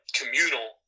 communal